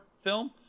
film